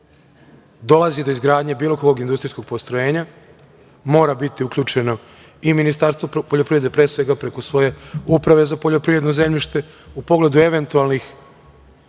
dolazi do izgradnje bilo kog industrijskog postrojenja mora biti uključeno i Ministarstvo poljoprivrede, pre svega preko svoje Uprave za poljoprivredno zemljište, u pogledu eventualnih